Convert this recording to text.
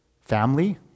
family